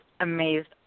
amazed